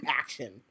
action